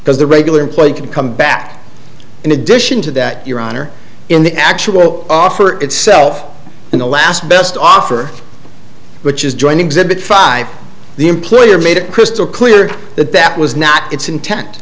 the regular employee could come back in addition to that your honor in the actual offer itself in the last best offer which is joining exhibit five the employer made it crystal clear that that was not its int